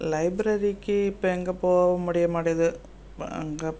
லைப்ரரிக்கு இப்போ எங்கே போகவும் முடியமாட்டேங்கிது இப்போ அங்கே